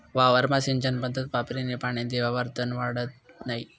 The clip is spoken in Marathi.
वावरमा सिंचन पध्दत वापरीन पानी देवावर तन वाढत नै